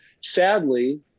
sadly